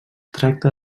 tracta